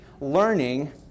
learning